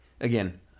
Again